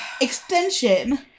extension